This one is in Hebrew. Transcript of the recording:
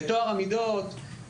בטוהר המידות,